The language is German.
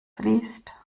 fließt